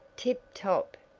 tip-top,